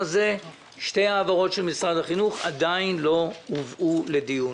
שתי העברות של משרד החינוך עדיין לא הובאו לדיון.